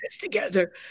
together